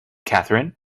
catherine